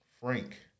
Frank